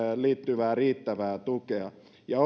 liittyvää riittävää tukea ja